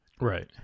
Right